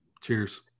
Cheers